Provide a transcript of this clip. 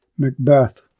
Macbeth